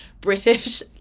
British